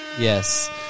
Yes